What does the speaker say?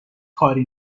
کاری